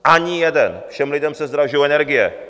Ani jeden, všem lidem se zdražují energie...